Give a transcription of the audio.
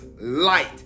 light